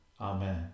Amen